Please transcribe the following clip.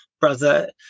Brother